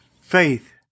faith